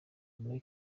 muri